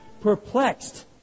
perplexed